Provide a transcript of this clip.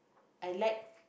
I like